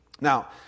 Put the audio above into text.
Now